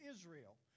Israel